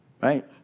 right